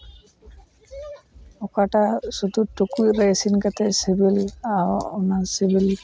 ᱚᱠᱟᱴᱟᱜ ᱥᱩᱫᱩ ᱴᱩᱠᱩᱡ ᱨᱮ ᱤᱥᱤᱱ ᱠᱟᱛᱮᱫ ᱥᱤᱵᱤᱞ ᱫᱚ ᱚᱱᱟ ᱥᱤᱵᱤᱞ